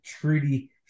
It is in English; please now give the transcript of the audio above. Treaty